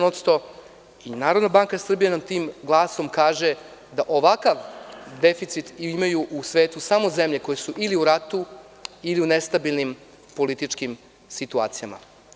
Narodna banka Srbije nam tim glasom kaže da ovakav deficit imaju u svetu samo zemlje koje su ili u ratu ili u nestabilnim političkim situacijama.